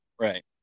Right